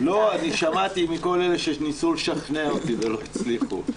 שמעתי מכל אלה שניסו לשכנע אותי ולא הצליחו.